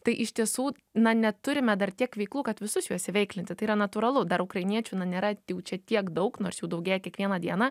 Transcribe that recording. tai iš tiesų na neturime dar tiek veiklų kad visus juos įveiklinti tai yra natūralu dar ukrainiečių na nėra čia tiek daug nors jų daugėja kiekvieną dieną